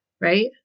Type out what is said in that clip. Right